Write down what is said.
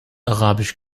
arabisch